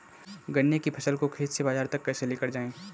गन्ने की फसल को खेत से बाजार तक कैसे लेकर जाएँ?